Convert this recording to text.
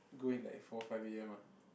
go in like four five a_m ah